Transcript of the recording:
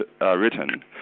written